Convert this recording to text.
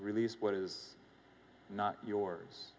release what is not yours